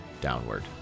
downward